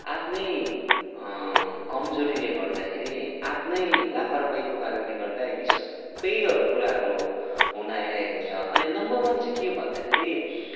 आफ्नै कमजोरीले गर्दाखेरि आफ्नै लापारवाहीको कारणले गर्दा यी सबैहरू कुराहरू हुन आइरहेको छ अनि नम्बर वान चाहिँ के हो भन्दाखेरि